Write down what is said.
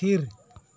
ᱛᱷᱤᱨ